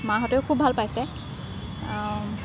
মাহঁতেও খুব ভাল পাইছে